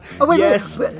Yes